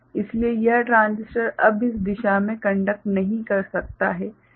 इसलिए यह ट्रांजिस्टर अब इस दिशा में कंडक्ट नहीं कर सकता है